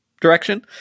Direction